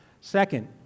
Second